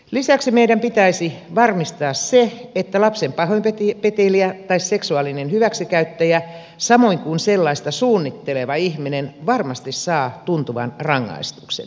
lisäksi meidän pitäisi varmistaa se että lapsen pahoinpitelijä tai seksuaalinen hyväksikäyttäjä samoin kuin sellaista tekoa suunnitteleva ihminen varmasti saa tuntuvan rangaistuksen